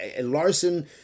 Larson